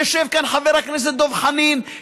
יושב כאן חבר הכנסת דב חנין,